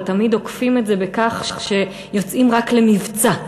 אבל תמיד עוקפים את זה בכך שיוצאים רק למבצע,